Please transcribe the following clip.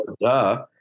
duh